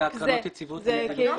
והקרנות ליציבות ולנזילות.